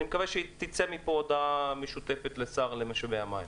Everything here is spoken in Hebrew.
אני מקווה שתצא מפה פנייה משותפת לשר למדעי המים,